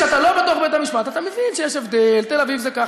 כשאתה לא בתוך בית-המשפט אתה מבין שיש הבדל: תל-אביב זה ככה,